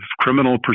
Criminal